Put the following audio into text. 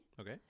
okay